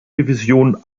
division